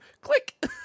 Click